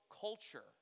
culture